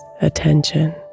attention